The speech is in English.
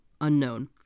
Unknown